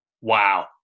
wow